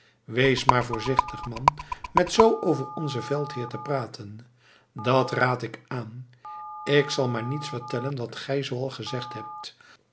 wees maar voorzichtig man met zoo over onzen veldheer te praten dat raad ik aan ik zal maar niets vertellen van wat gij zooal gezegd hebt